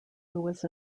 lewis